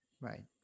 Right